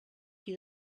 qui